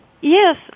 Yes